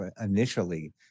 initially